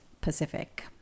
Pacific